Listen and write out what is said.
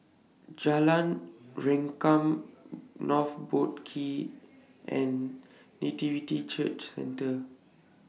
Jalan Rengkam North Boat Quay and Nativity Church Centre